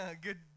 good